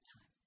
time